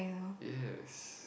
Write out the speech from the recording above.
yes